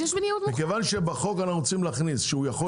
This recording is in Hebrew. --- מכיוון שבחוק אנחנו רוצים להכניס שהוא יכול